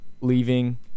leaving